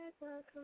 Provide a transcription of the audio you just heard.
Welcome